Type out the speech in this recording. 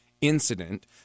incident